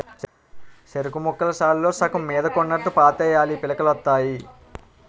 సెరుకుముక్కలు సాలుల్లో సగం మీదకున్నోట్టుగా పాతేయాలీ పిలకలొత్తాయి